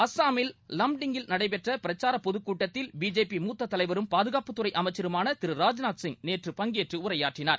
அஸ்ஸாமின் லம்டிங்கில் நடைபெற்ற பிரச்சார பொதக் கூட்டத்தில் பிஜேபி மூத்த தலைவரும் பாதுகாப்புத்துறை அமைச்சருமான திரு ராஜ்நாத் சிங் நேற்று பங்கேற்று உரையாற்றினார்